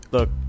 Look